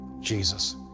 Jesus